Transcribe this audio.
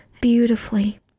beautifully